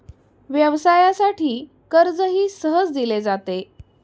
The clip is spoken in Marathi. व्यवसायासाठी कर्जही सहज दिले जाते